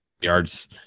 Yards